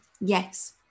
Yes